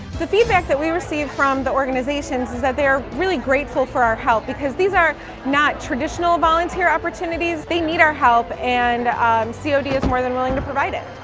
the feedback that we received from the organizations is that they are really grateful for our help because these are not traditional volunteer opportunities. they need our help and cod is more, than willing to provide it.